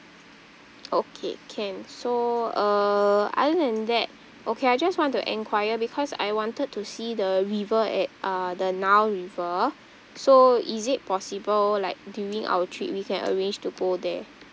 okay can so uh other than that okay I just want to enquire because I wanted to see the river at uh the nile river so is it possible like during our trip we can arrange to go there